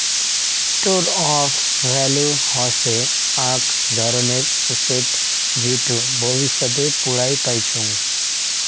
store of value হসে আক ধরণের এসেট যেটো ভবিষ্যতে পৌরাই পাইচুঙ